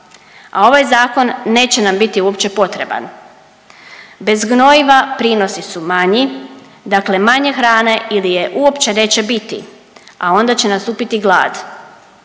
a ovaj zakon neće nam biti uopće potreban. Bez gnojiva prinosi su manji, dakle manje hrane ili je uopće neće biti, a onda će nastupiti glad,